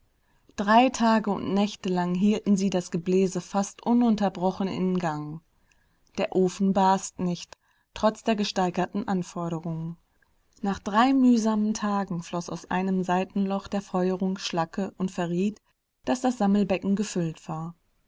drei tage und nächte lang hielten sie das gebläse fast ununterbrochen in gang der ofen barst nicht trotz der gesteigerten anforderungen nach drei mühsamen tagen floß aus einem seitenloch der feuerung schlacke und verriet daß das sammelbecken gefüllt war